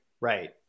right